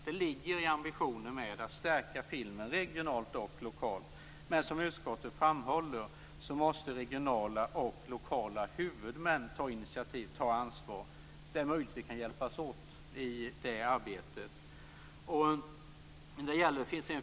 Det ligger i ambitionen att stärka filmen regionalt och lokalt. Men som utskottet framhåller måste regionala och lokala huvudmän ta initiativ, ta ansvar. Det är möjligt att vi kan hjälpas åt i det arbetet.